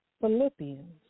Philippians